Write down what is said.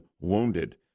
wounded